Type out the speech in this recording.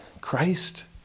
Christ